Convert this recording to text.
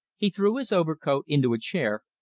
he threw his overcoat into a chair,